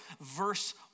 verse